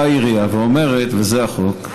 באה העירייה ואומרת, וזה החוק: